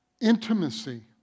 Intimacy